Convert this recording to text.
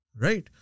Right